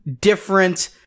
different